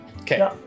Okay